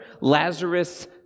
Lazarus